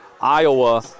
Iowa